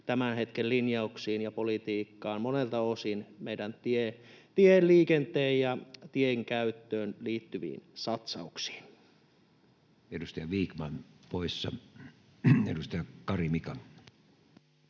tämän hetken linjauksiin ja politiikkaan meidän tieliikenteeseen ja tienkäyttöön liittyvissä satsauksissa. Edustaja Vikman poissa. — Edustaja Kari, Mika.